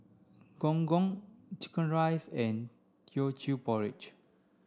gong gong chicken rice and Teochew Porridge